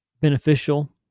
beneficial